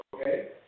okay